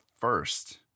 first